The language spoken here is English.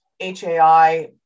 HAI